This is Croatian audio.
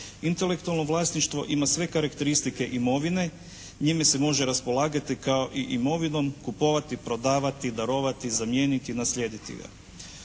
Intelektualno vlasništvo ima sve karakteristike imovine. Njime se može raspolagati kao i imovinom, kupovati, prodavati, darovati, zamijeniti i naslijediti ga.